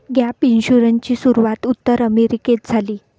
gap इन्शुरन्सची सुरूवात उत्तर अमेरिकेत झाली